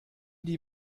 die